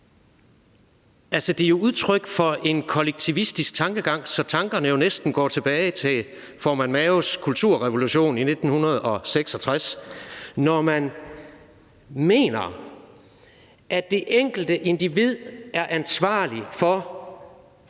Det er jo udtryk for en kollektivistisk tankegang, så tankerne næsten går tilbage til formand Maos kulturrevolution i 1966, når man mener, at det enkelte individ er ansvarligt for dets regerings